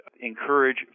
encourage